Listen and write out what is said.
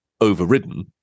overridden